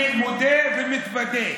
אני מודה ומתוודה: